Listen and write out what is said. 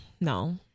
No